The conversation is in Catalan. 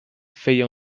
feia